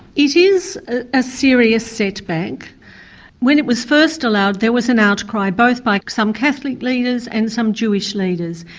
it is a serious setback. when it was first allowed there was an outcry, both by some catholic leaders and some jewish leaders.